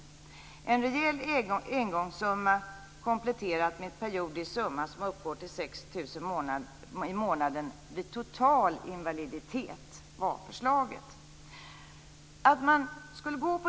Förslaget innebar en rejäl engångssumma, kompletterat med en periodisk summa som uppgår till 6 000 kr i månaden, vid total invaliditet.